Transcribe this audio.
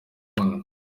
ukundi